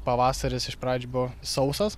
pavasaris iš pradžių buvo sausas